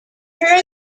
her